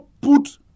Put